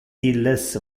illes